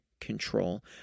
Control